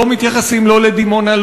לא מתייחסים לא לדימונה,